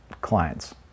clients